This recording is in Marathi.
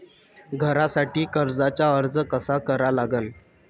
घरासाठी कर्जाचा अर्ज कसा करा लागन?